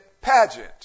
pageant